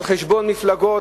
על חשבון מפלגות,